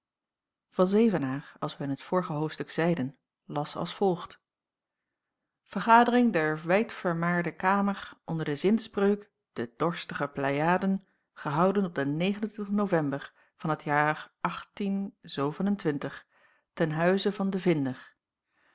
van zevenaer als wij in t vorige hoofdstuk zeiden las als volgt vergadering der wijdvermaarde kamer onder de zinspreuk de dorstige pleiaden gehouden op den ovember van het jaar ten huize van den vinder